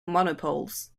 monopoles